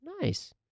Nice